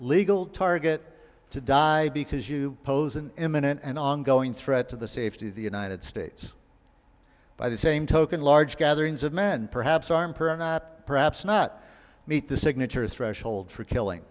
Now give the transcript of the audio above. legal target to die because you pose an imminent and ongoing threat to the safety of the united states by the same token large gatherings of men perhaps arm per hour not perhaps not meet the signatures threshold for killing